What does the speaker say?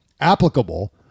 applicable